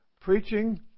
preaching